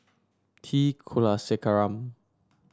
T Kulasekaram